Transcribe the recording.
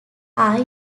are